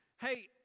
hey